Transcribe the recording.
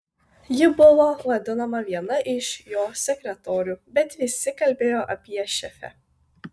ji buvo vadinama viena iš jo sekretorių bet visi kalbėjo apie šefę